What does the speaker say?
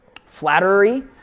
Flattery